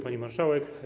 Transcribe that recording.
Pani Marszałek!